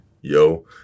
yo